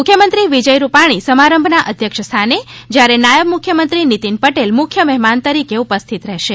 મુખ્યમંત્રી વિજય રૂપાણી સમારંભના અધ્યક્ષસ્થાને જ્યારે નાયબ મુખ્યમંત્રી નીતીન પટેલ મુખ્ય મહેમાન તરીકે ઉપસ્થીત રહેશે